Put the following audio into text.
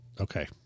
okay